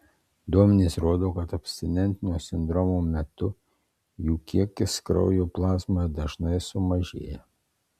duomenys rodo kad abstinentinio sindromo metu jų kiekis kraujo plazmoje dažnai sumažėja